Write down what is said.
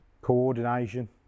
Coordination